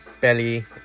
belly